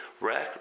rack